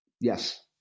Yes